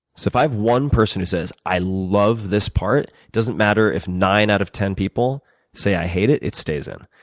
so if i have one person who says i love this part, it doesn't matter if nine out of ten people say i hate it it stays in.